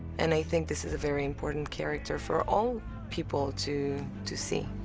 and i think this is a very important character for all people to to see.